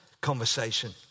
conversation